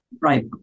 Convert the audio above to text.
Right